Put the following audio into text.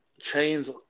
chains